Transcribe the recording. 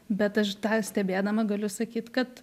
bet aš tą stebėdama galiu sakyt kad